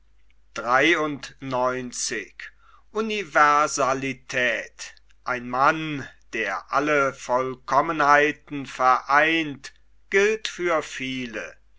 ein mann der alle vollkommenheiten vereint gilt für viele